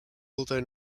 although